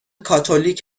کاتولیک